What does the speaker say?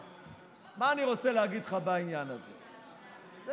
יודעים איך לעשות את זה,